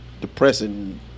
depressing